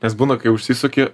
nes būna kai užsisuki